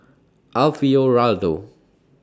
Alfio Raldo